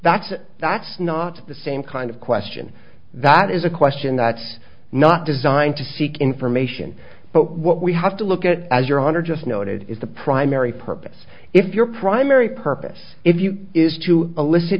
that's that's not the same kind of question that is a question that's not designed to seek information but what we have to look at as your honner just noted is the primary purpose if your primary purpose if you is to elicit